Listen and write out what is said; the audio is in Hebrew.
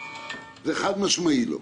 חד משמעית לא.